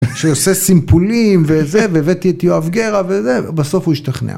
שעושה סימפולים וזה, והבאתי את יואב גרא וזה, בסוף הוא השתכנע.